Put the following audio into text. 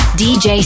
dj